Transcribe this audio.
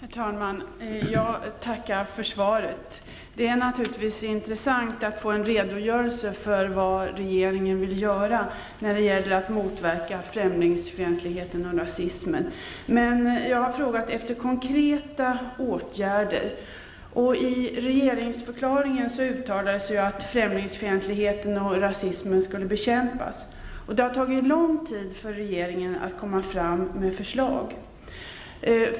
Herr talman! Jag tackar för svaret. Det är naturligtvis intressant att få en redogörelse för vad regeringen vill göra för att motverka främlingsfientlighet och rasism. Jag har frågat efter konkreta åtgärder. I regeringsförklaringen uttalades ju att främlingsfientlighet och rasism skulle bekämpas. Det har tagit lång tid för regeringen att komma fram med förslag.